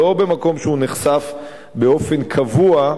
לא במקום שהוא נחשף באופן קבוע,